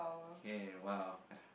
okay !wow!